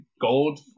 gold